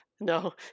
No